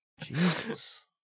Jesus